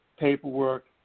paperwork